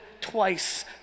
twice